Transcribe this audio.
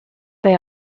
they